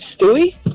Stewie